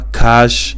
cash